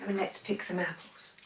let's pick some apples